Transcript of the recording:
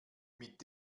mit